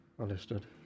Understood